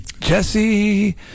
Jesse